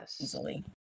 easily